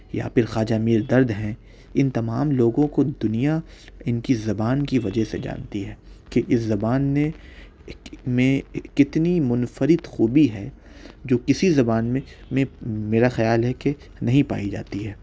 یا پھر خواجہ میر درد ہیں ان تمام لوگوں کو دنیا ان کی زبان کی وجہ سے جانتی ہے کہ اس زبان نے میں کتنی منفرد خوبی ہے جو کسی زبان میں میں میرا خیال ہے کہ نہیں پائی جاتی ہے